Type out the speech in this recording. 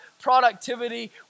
productivity